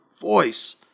voice